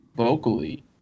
Vocally